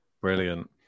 Brilliant